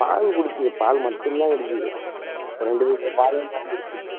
பால் குடிக்குது பால் மட்டும் தான் குடிக்குது ஒரு ரெண்டு லிட்ரு பால் இருந்தாலும் குடிக்குது